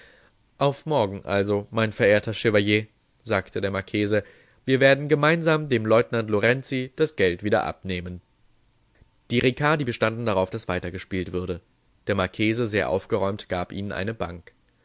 auf morgen also mein verehrter chevalier sagte der marchese wir werden gemeinsam dem leutnant lorenzi das geld wieder abnehmen die ricardi bestanden darauf daß weitergespielt würde der marchese sehr aufgeräumt gab ihnen eine bank